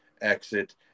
exit